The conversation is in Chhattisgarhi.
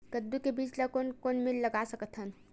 कददू के बीज ला कोन कोन मेर लगय सकथन?